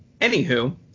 Anywho